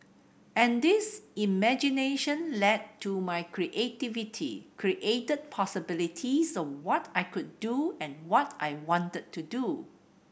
and this imagination led to my creativity created possibilities of what I could do and what I wanted to do